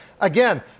Again